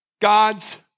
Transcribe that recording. God's